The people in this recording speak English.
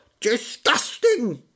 disgusting